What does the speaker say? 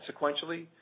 sequentially